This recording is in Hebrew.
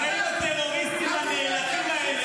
--- הרי אם הטרוריסטים הנאלחים האלה